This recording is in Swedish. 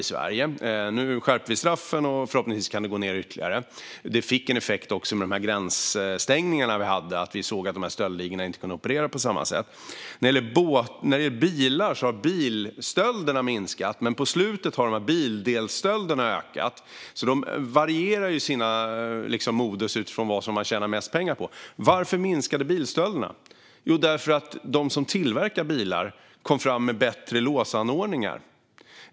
Nu har vi skärpt straffen, och förhoppningsvis kan dessa brott minska ytterligare. Stängningarna av gränserna fick också effekt, och vi såg att dessa stöldligor inte kunde operera på samma sätt. När det gäller bilar har antalet bilstölder minskat. Men på senare tid har bildelsstölderna ökat. Dessa stöldligor varierar alltså sina stölder utifrån vad de tjänar mest pengar på. Varför minskade antalet bilstölder? Jo, det gjorde de därför att biltillverkarna tog fram bättre låsanordningar.